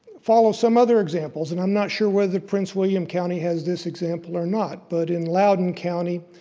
follow some other examples, and i'm not sure whether prince william county has this example or not, but in loudoun county,